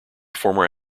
former